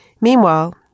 Meanwhile